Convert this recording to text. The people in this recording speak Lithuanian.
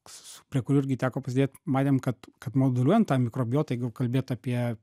s prie kurių irgi teko prisidėt matėm kad kad moduliuojant tą mikrobiotą jeigu kalbėt apie